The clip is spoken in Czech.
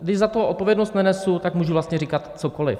Když za to odpovědnost nenesu, tak můžu vlastně říkat cokoli.